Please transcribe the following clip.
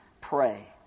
pray